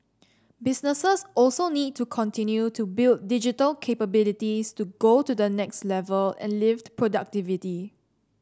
businesses also need to continue to build digital capabilities to go to the next level and lift productivity